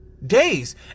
Days